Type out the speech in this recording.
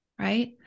right